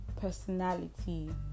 personality